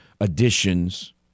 additions